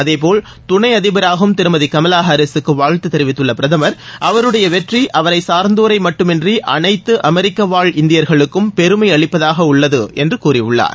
அதேபோல் துணை அதிபராகும் திருமதி கமலா ஹாரிஸூக்கு வாழ்த்து தெரிவித்துள்ள பிரதமர் அவருடைய வெற்றி அவரை சார்ந்தோரை மட்டுமின்றி அனைத்து அமெரிக்கவாழ் இந்தியர்களுக்கு பெருமை அளிப்பதாக உள்ளது என்று கூறியுள்ளார்